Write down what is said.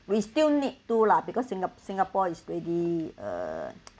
we still need too lah because singa~ singapore is really uh